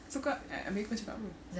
so kau ha~ habis kau cakap apa